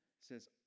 says